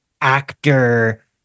actor